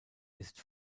ist